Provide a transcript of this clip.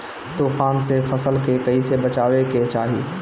तुफान से फसल के कइसे बचावे के चाहीं?